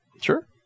Sure